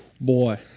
Boy